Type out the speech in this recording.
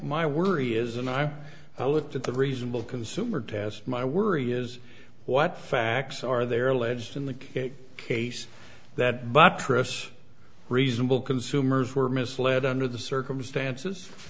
my worry is and i've looked at the reasonable consumer test my worry is what facts are there alleged in the cake case that buttress reasonable consumers were misled under the circumstances